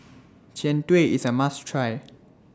Jian Dui IS A must Try